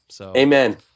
Amen